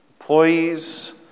employees